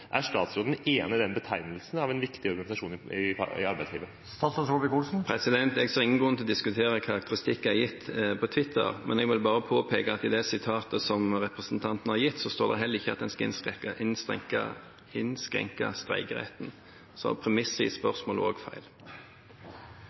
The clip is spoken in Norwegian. Er statsråden enig i den betegnelsen på en viktig organisasjon i arbeidslivet? Jeg ser ingen grunn til å diskutere karakteristikker gitt på Twitter, men jeg vil bare påpeke at i det sitatet som representanten har gitt, står det heller ikke at en skal innskrenke streikeretten. Så premisset i